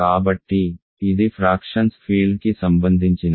కాబట్టి ఇది fractions field కి సంబంధించినది